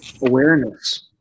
awareness